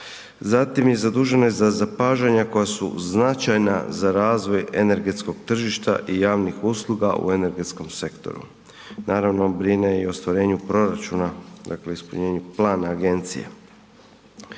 zatim je zadužena za zapažanja koja su značajna za razvoj energetskog tržišta i javnih usluga u energetskom sektoru. Naravno, brine i o ostvarenju proračuna, dakle ispunjenju plana agencije.